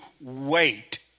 wait